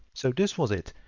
so this was it.